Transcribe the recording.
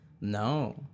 No